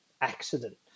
accident